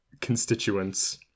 constituents